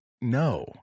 no